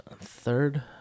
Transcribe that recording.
third